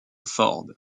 ford